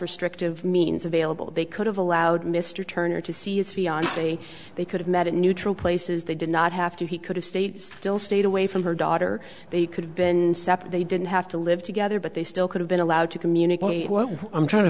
restrictive means available they could have allowed mr turner to see his fiance they could have met in neutral places they did not have to he could have stayed still stayed away from her daughter they could have been separate they didn't have to live together but they still could have been allowed to communicate what i'm trying to